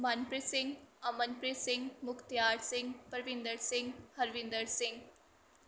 Manpreet Singh Amanpreet Singh Mukhtiar Singh Parvinder Singh Harvinder Singh